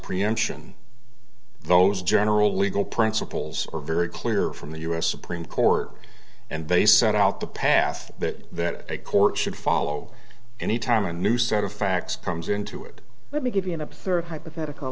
preemption those general legal principles are very clear from the u s supreme court and they set out the path that a court should follow any time a new set of facts comes into it let me give you an absurd hypothetical